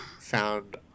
found